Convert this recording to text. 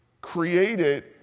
created